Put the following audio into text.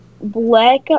Black